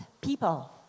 people